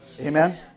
Amen